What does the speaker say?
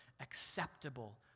acceptable